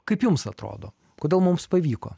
kaip jums atrodo kodėl mums pavyko